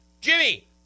Jimmy